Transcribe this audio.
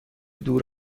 دور